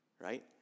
right